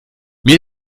mir